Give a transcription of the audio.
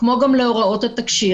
כמו גם להוראות התקשי"ר.